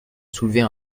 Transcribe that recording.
soulever